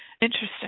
Interesting